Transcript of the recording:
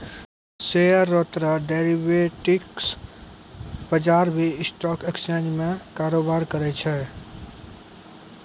share रो तरह derivatives बजार भी स्टॉक एक्सचेंज में कारोबार करै छै